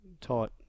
tight